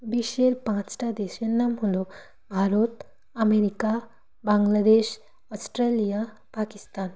বিশ্বের পাঁচটা দেশের নাম হলো ভারত আমেরিকা বাংলাদেশ অস্ট্রেলিয়া পাকিস্তান